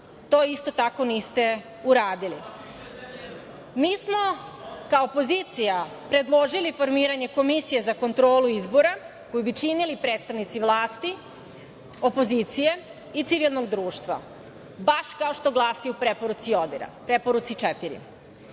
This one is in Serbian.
To isto tako niste uradili. Mi smo kao opozicija predložili formiranje Komisije za kontrolu izbora koju bi činili predstavnici vlasti, opozicije i civilnog društva, baš kao što glasi u preporuci